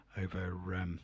over